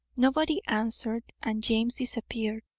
nobody answered, and james disappeared.